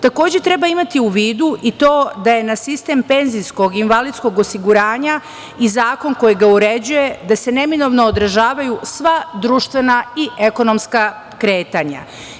Takođe, treba imati u vidu i to da je na sistem penzijskog i invalidskog osiguranja i zakon koji ga uređuje, da se neminovno održavaju sva društvena i ekonomska kretanja.